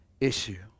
issue